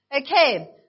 Okay